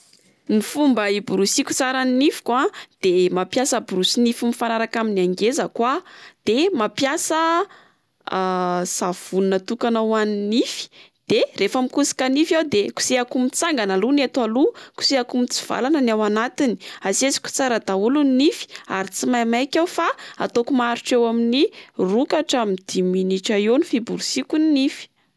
Ny fomba hiborosiako tsara ny nifiko a de mampiasa borosy nify mifanaraka amin'ny angezako a de mampiasa savony natokana ho an'ny nify, de rehefa mikosoka nify aho de kosehako mitsangana aloha ny eto aloha, kosehako mitsivalana ny ato anatiny, asesiko tsara daholo ny nify, ary tsy maimaika aho fa ataoko maharitra eo amin'ny roa ka hatramin'ny dimy minitra eo ny fiborosiako ny nify.